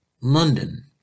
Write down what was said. London